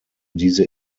diese